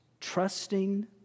trusting